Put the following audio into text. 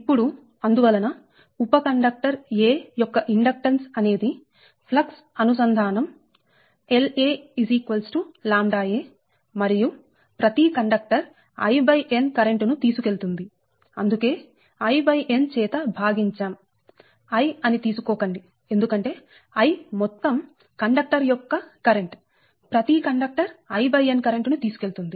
ఇప్పుడు అందువలన ఉప కండక్టర్ a యొక్క ఇండక్టెన్స్ అనేది ఫ్లక్స్ అనుసంధానంలింకేజీ linkages La ʎa మరియు ప్రతి కండక్టర్ In కరెంట్ ను తీసుకెళుతుంది అందుకే In చేత భాగించాం I అని తీసుకోకండి ఎందుకంటే I మొత్తం కండక్టర్ యొక్క కరెంట్ ప్రతి కండక్టర్ In కరెంట్ ను తీసుకెళుతుంది